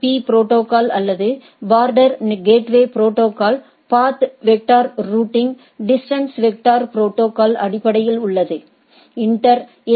பீ protocol அல்லது border gateway protocol path vector routing distance vector புரோட்டோகால்அடிப்படையில் உள்ளது இன்டர் ஏ